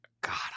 god